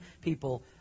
people